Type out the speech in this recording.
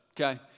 okay